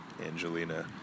Angelina